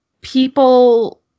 people